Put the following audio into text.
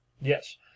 Yes